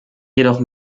jedoch